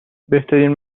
بهترین